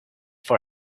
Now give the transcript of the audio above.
for